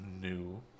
new